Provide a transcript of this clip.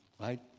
right